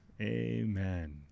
Amen